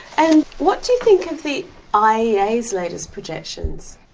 and what do you think of the iea's latest projections?